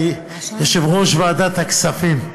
יושב-ראש ועדת הכספים,